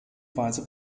weise